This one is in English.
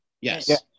Yes